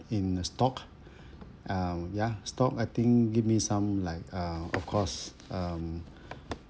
in uh stock um ya stock I think give me some like uh of course um